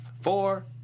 four